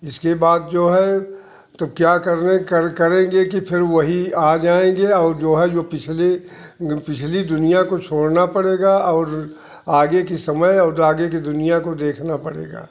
इसके बाद जो है तो क्या करने का कर करेंगे कि फिर वही आ जाएँगे और जो है जो पिछली पिछली दुनिया को छोड़ना पड़ेगा और आगे की समय और आगे की दुनिया को देखना पड़ेगा